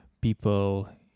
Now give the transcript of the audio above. people